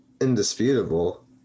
indisputable